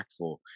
impactful